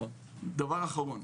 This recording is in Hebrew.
דבר אחרון,